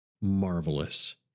marvelous